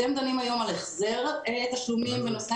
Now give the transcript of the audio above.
אתם דנים היום על החזר תשלומים בנושא